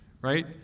right